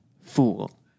Fool